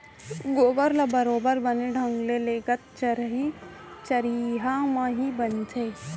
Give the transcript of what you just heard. गोबर ल बरोबर बने ढंग ले लेगत चरिहा म ही बनथे